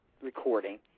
recording